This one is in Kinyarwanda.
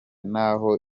n’aho